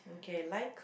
okay like